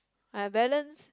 I balance